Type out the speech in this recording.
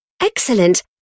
Excellent